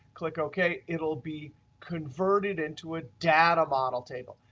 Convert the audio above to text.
click ok, it will be converted into a data model table.